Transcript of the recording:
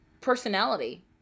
personality